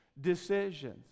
decisions